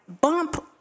bump